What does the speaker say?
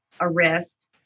arrest